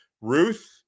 Ruth